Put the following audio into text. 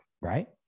Right